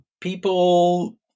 people